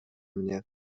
mnie